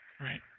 Right